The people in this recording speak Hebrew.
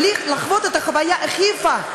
בלי לחוות את החוויה הכי יפה,